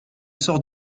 sort